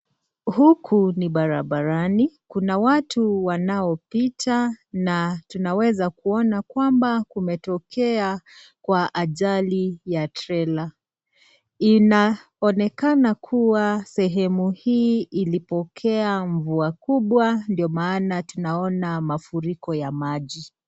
Huku ni barabarani. Kuna watu wanaopita na tunaweza kuona kwamba kumetokea kwa ajali ya trailer . Inaonekana kuwa sehemu hii ilipokea mvua kubwa. Ndio maana tunaona mafuriko ya maji.